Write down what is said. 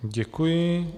Děkuji.